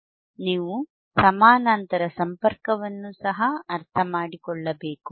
ನೀವು ಸಮಾನಾಂತರ ಸಂಪರ್ಕವನ್ನು ಸಹ ಅರ್ಥಮಾಡಿಕೊಳ್ಳಬೇಕು